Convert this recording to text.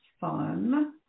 fun